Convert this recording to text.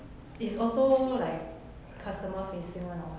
it's also like customer facing one or what